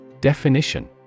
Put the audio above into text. Definition